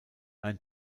ein